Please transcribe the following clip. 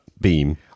beam